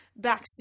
backseat